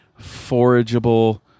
forageable